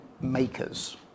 makers